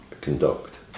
conduct